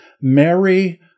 Mary